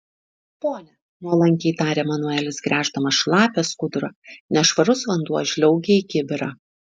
pone nuolankiai tarė manuelis gręždamas šlapią skudurą nešvarus vanduo žliaugė į kibirą